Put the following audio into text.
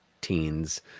teens